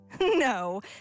No